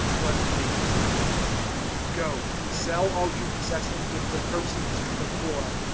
one thing is lacking in you go, sell all you possess and give the proceeds to the poor,